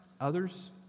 others